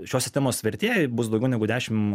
šios sistemos vertė bus daugiau negu dešimt